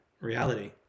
reality